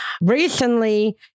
Recently